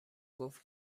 گفت